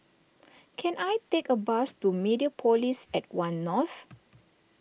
can I take a bus to Mediapolis at one North